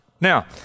Now